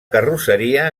carrosseria